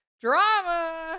drama